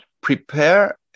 prepare